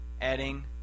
adding